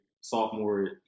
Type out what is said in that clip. sophomore